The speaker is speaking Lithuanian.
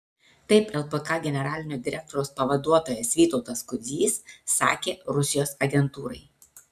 taip lpk generalinio direktoriaus pavaduotojas vytautas kudzys sakė rusijos agentūrai